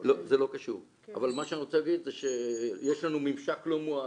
כלבת זו מחלה